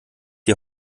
die